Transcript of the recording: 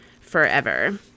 forever